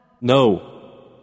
No